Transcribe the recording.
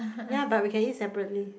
ya but we can eat separately